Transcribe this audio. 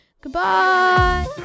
Goodbye